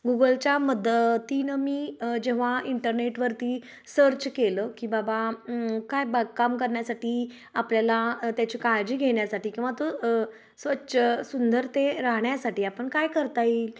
गुगलच्या मदतीन मी जेव्हा इंटरनेटवरती सर्च केलं की बाबा काय बागकाम करण्या्साटी आपल्याला त्याची काळजी घेण्यासाटी किंवा तो स्वच्छ सुंदर ते राहण्यासाटी आपण काय करता येईल